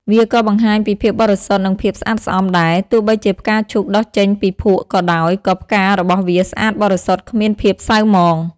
វាក៏បង្ហាញពីភាពបរិសុទ្ធ និងភាពស្អាតស្អំដែរ ទោះបីជាផ្កាឈូកដុះចេញពីភក់ក៏ដោយ ក៏ផ្ការបស់វាស្អាតបរិសុទ្ធគ្មានភាពសៅហ្មង។